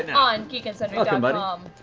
and on geekandsundry com. but um